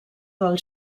del